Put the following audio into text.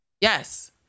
Yes